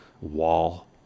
wall